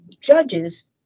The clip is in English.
judges